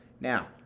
Now